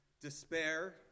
despair